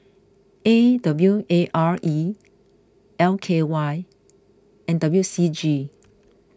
A W A R E L K Y and W C G